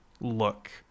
look